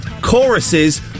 choruses